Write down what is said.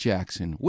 Jackson